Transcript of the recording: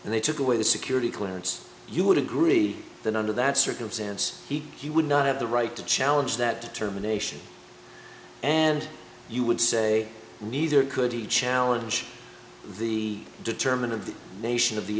and they took away the security clearance you would agree that under that circumstance he would not have the right to challenge that determination and you would say neither could the challenge the determine of the nation of the